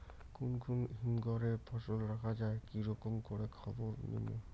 কুন কুন হিমঘর এ ফসল রাখা যায় কি রকম করে খবর নিমু?